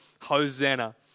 Hosanna